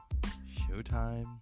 Showtime